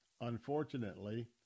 Unfortunately